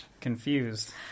confused